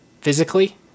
physically